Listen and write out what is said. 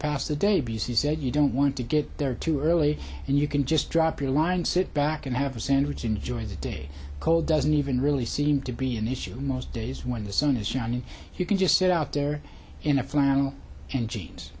pass the day b c said you don't want to get there too early and you can just drop your line sit back and have a sandwich enjoy the day cold doesn't even really seem to be an issue most days when the sun is shining you can just sit out there in a flannel and jeans